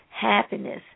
happiness